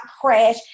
crash